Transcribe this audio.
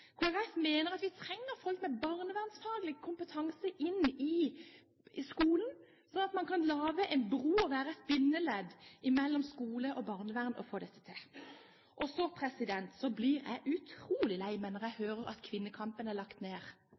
mener at vi trenger folk med barnevernsfaglig kompetanse i skolen, slik at vi kan lage en bro og være et bindeledd mellom skole og barnevern og få dette til. Og så blir jeg utrolig lei meg når jeg fra venstresiden hører at kvinnekampen er lagt ned.